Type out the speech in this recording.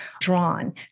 drawn